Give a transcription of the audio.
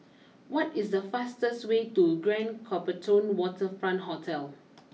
what is the fastest way to Grand Copthorne Waterfront Hotel